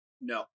No